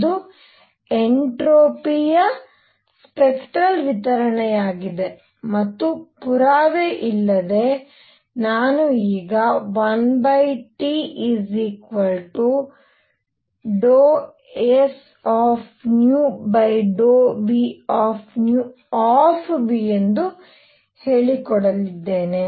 ಇದು ಎನ್ಟ್ರೋಪಿ ಯ ಸ್ಪೆಕ್ಟ್ರಲ್ ವಿತರಣೆಯಾಗಿದೆ ಮತ್ತು ಪುರಾವೆ ಇಲ್ಲದೆ ನಾನು ಈಗ 1Tsν∂uνV ಎಂದು ಹೇಳಿಕೊಳ್ಳಲಿದ್ದೇನೆ